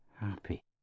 happy